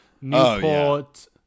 newport